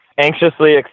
anxiously